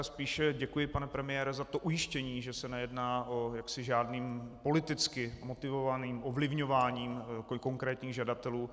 Spíše děkuji, pane premiére, za to ujištění, že se nejedná o žádné politicky motivované ovlivňování konkrétních žadatelů.